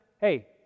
hey